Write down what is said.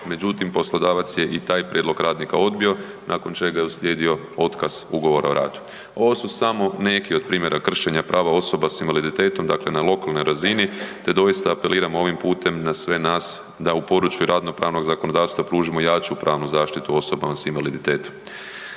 međutim, poslodavac je i taj prijedlog radnika odbio nakon čega je uslijedio otkaz ugovora o radu. Ovo su samo neki od primjera kršenja prava osoba s invaliditetom, dakle na lokalnoj razini te doista apeliramo ovim putem na sve nas da u području radno-pravnog zakonodavstva pružimo jaču pravnu zaštitu osobama s invaliditetom.